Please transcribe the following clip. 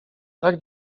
tak